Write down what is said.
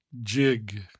jig